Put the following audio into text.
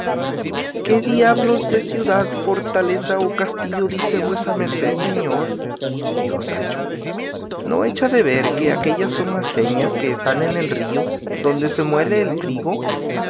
qué diablos de ciudad fortaleza o castillo dice vuesa merced señor dijo sancho no echa de ver que aquéllas son aceñas que están en el río donde se muele el trigo